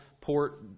port